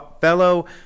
fellow